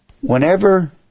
whenever